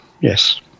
yes